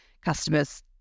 customers